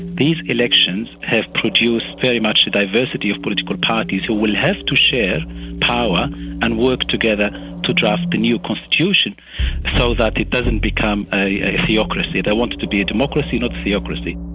these elections have produced very much a diversity of political parties who will have to share power and work together to draft the new constitution so that it doesn't become a a theocracy. they want it to be a democracy, not a theocracy.